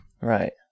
right